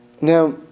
Now